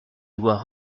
doit